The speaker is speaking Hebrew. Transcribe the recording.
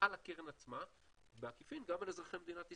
על הקרן עצמה ובעקיפין גם על אזרחי מדינת ישראל.